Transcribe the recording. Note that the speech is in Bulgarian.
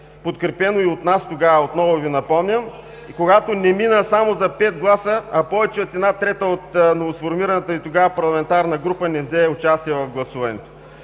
подкрепено и от нас тогава, отново Ви напомням и когато не мина само за пет гласа, а повече от една трета от новосформираната Ви тогава парламентарна група не взе участие в гласуването.